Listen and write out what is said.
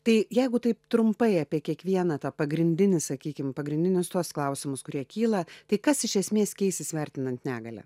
tai jeigu taip trumpai apie kiekvieną tą pagrindinį sakykim pagrindinius tuos klausimus kurie kyla tai kas iš esmės keisis vertinant negalią